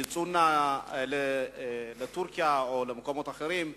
יצאו לטורקיה או למקומות אחרים,